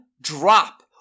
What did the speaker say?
drop